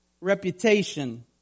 reputation